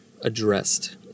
addressed